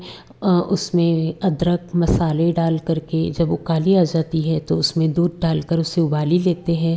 उसमें अदरक मसाले डाल करके जब वह काली आ जाती है तब उसमें दूध डालकर उसे उबाल लेते हैं